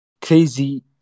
crazy